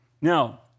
Now